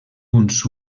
uns